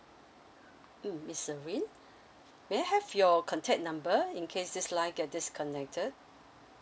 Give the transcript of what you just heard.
mm miss serene may I have your contact number in case this line get disconnected